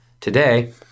today